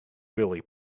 really